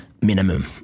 minimum